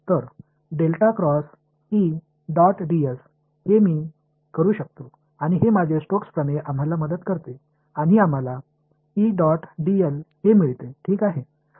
तर हे मी करू शकतो आणि हे माझे स्टोक्स प्रमेय आम्हाला मदत करते आणि आम्हाला हे मिळते ठीक आहे